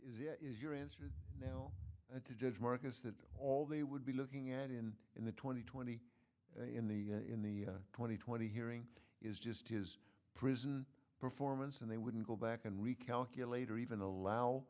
is your answer to judge marcus that all they would be looking at in the twenty twenty in the in the twenty twenty hearing is just his prison performance and they wouldn't go back and recalculate or even allow